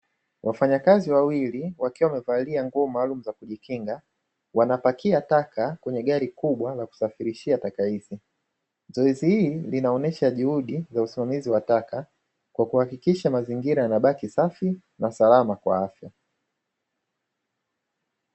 Wafanyakazi wawili wakiwa wamevalia nguo maalum za kujikinga wanapakia taka kwenye gari kubwa la kusafirishia taka hizi. Zoezi hili linaonesha juhudi za usimamizi wa taka kwa kuhakikisha mazingira yanabaki safi na salama kwa afya.